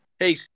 Hey